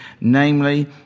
Namely